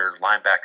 linebacker